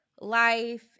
life